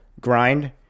grind